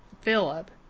Philip